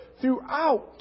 throughout